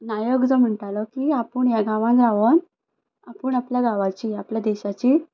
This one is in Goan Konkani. नायक जो म्हणटालो की आपूण ह्या गांवांन रावोन आपूण आपल्या गांवाची आपल्या देशाची